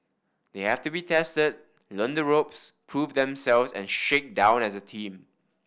they have to be tested learn the ropes prove themselves and shake down as a team